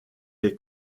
les